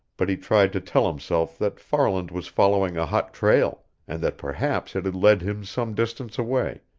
but he tried to tell himself that farland was following a hot trail, and that perhaps it had led him some distance away,